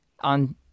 on